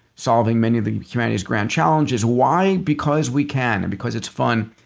solving many of humanity's grand challenges, why? because we can and because it's fun.